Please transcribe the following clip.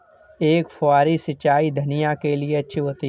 क्या फुहारी सिंचाई धनिया के लिए अच्छी होती है?